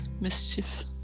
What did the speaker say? mischief